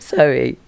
Sorry